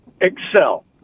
excel